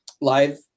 live